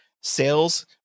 sales